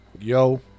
Yo